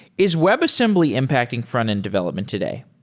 is webassembly impacting front-end development today?